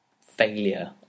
failure